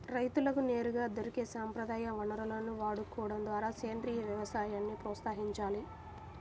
రైతులకు నేరుగా దొరికే సంప్రదాయ వనరులను వాడుకోడం ద్వారా సేంద్రీయ వ్యవసాయాన్ని ప్రోత్సహించాలి